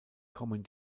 kommen